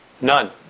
None